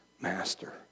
master